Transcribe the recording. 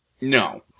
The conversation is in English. No